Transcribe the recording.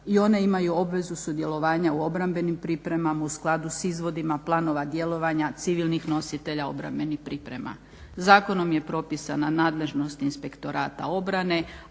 i one imaju obvezu sudjelovanja u obrambenim pripremama u skladu s izvodima planova djelovanja civilnih nositelja obrambenih priprema. Zakonom je propisana nadležnost inspektorata obrane,